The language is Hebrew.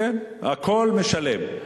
כן, על הכול משלם.